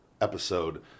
episode